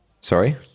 Sorry